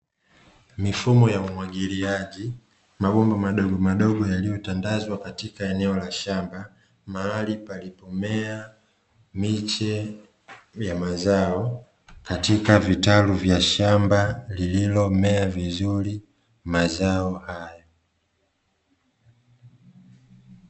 Mifumo ya umwagiliaji, mabomba madogomadogo yaliyotandazwa katika eneo la shamba, mahali palipomea miche ya mazao katika vitalu vya shamba lililomea vizuri mazao hayo.